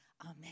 Amen